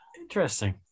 Interesting